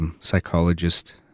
psychologist